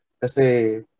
Kasi